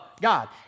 God